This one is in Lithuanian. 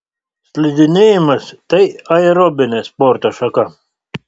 slidinėjimas tai aerobinė sporto šaka